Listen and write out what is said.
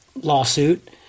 lawsuit